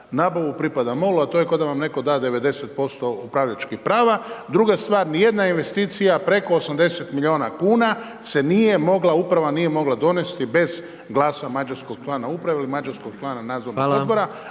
nabavu pripada MOL-u, a to je kao da vam netko da 90% upravljačkih prava. Druga stvar, ni jedna investicija preko 80 miliona kuna se nije mogla, uprava nije mogla donijeti bez glasa mađarskog člana uprave ili mađarskog člana nadzornog odbora,